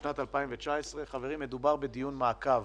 בשנת 2019. חברים, מדובר בדיון מעקב.